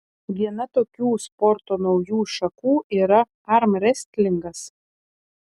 viena tokių sporto naujų šakų yra armrestlingas